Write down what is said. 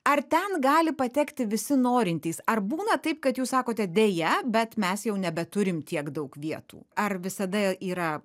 ar ten gali patekti visi norintys ar būna taip kad jūs sakote deja bet mes jau nebeturim tiek daug vietų ar visada yra